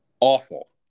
awful